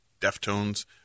Deftones